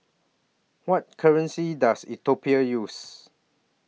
What currency Does Ethiopia use